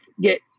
get